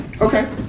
Okay